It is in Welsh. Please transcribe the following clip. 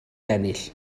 ennill